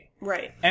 right